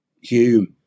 Hume